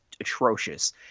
atrocious